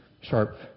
sharp